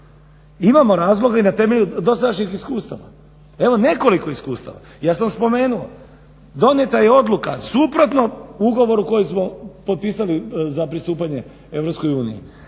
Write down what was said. Imamo razloga i na temelju dosadašnjih iskustava. Evo nekoliko iskustava. Ja sam spomenuo, donijeta je odluka suprotno ugovoru koji smo potpisali za pristupanje EU,